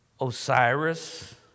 Osiris